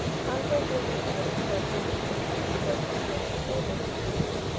convoys were provided to accompany the transports conveying soldiers to france.